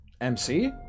MC